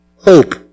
Hope